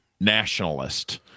nationalist